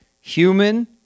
Human